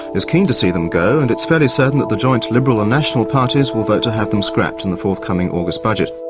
is keen to see them go and it's fairly certain that the joint liberal and national parties will vote to have them scrapped in the forthcoming august budget.